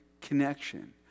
connection